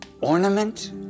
ornament